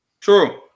True